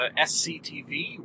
SCTV